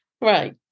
Right